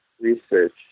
research